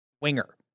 winger